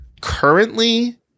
Currently